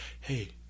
hey